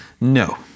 No